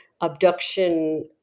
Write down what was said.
abduction